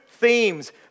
Themes